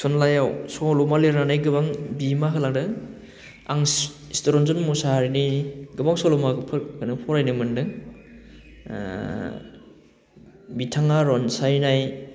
थुनलाइआव सल'मा लिरनानै गोबां बिहोमा होलांदों आं चि चित्तरन्जन मोसाहारीनि गोबां सल'माफोर फरायनो मोन्दों बिथाङा रनसायनाइ